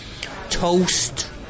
Toast